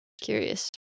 curious